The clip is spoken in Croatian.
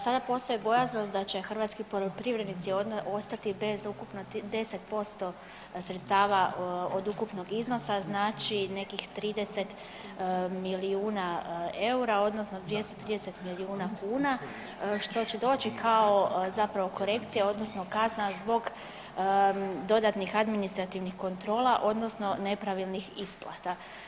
Sada postoji bojaznost da će hrvatski poljoprivrednici ostati bez ukupno 10% sredstava od ukupnog iznosa znači nekih 30 milijuna eura, odnosno 230 milijuna kuna što će doći kao zapravo korekcija odnosno kazna zbog dodatnih administrativnih kontrola odnosno nepravilnih isplata.